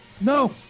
No